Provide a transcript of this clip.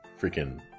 freaking